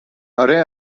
اره